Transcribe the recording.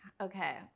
Okay